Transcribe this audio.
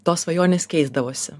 tos svajonės keisdavosi